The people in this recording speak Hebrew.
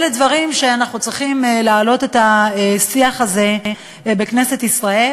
אלה דברים שאנחנו צריכים להעלות את השיח עליהם בכנסת ישראל,